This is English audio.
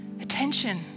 Attention